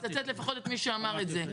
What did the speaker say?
תצטט לפחות את מי שאמר את זה.